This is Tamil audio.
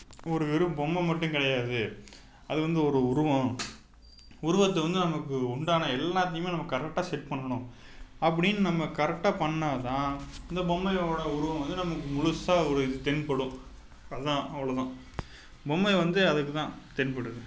ஒரு வெறும் பொம்மை மட்டும் கிடையாது அது வந்து ஒரு உருவம் உருவத்தை வந்து நமக்கு உண்டான எல்லாத்தையுமே நம்ம கரெக்டாக செட் பண்ணணும் அப்படின்னு நம்ம கரெக்டாக பண்ணால் தான் இந்த பொம்மையோட உருவம் வந்து நமக்கு முழுசா ஒரு இது தென்படும் அது தான் அவ்வளோ தான் பொம்மை வந்து அதுக்கு தான் தென்படுது